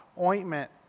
ointment